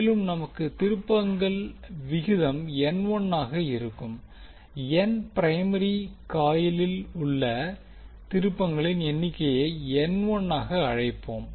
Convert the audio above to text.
மேலும் நமக்கு திருப்பங்கள் விகிதம் N1 ஆக இருக்கும் N பிரைமரி காயிலில் உள்ள திருப்பங்களின் எண்ணிக்கையை N1 ஆக அழைப்போம்